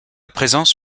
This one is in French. présence